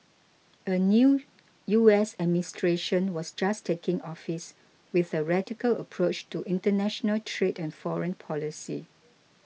a new U S administration was just taking office with a radical approach to international trade and foreign policy